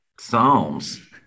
Psalms